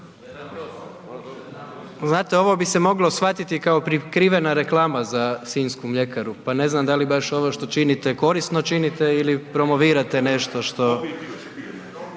Znate ovo bi se moglo shvatiti kao prikrivena reklama za sinjsku mljekara, pa ne znam da li baš ovo što činite korisno činite ili promovirate nešto što.